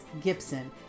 Gibson